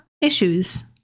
issues